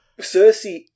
Cersei